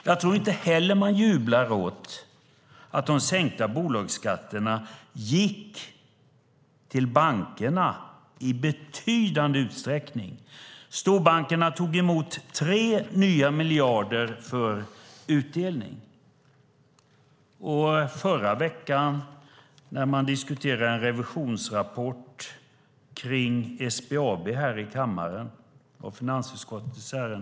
Jag tror inte heller att man jublar åt att de sänkta bolagsskatterna gick till bankerna i betydande utsträckning. Storbankerna har tagit emot tre nya miljarder för utdelning. Förra veckan diskuterade man en revisionsrapport om SBAB här i kammaren i ett ärende från finansutskottet.